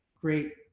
great